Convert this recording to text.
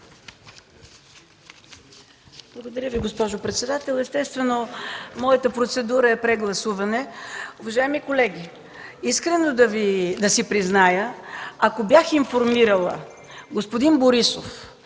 Благодаря Ви, госпожо председател. Естествено моята процедура е прегласуване. Уважаеми колеги, искрено да си призная, ако бях информирала господин Борисов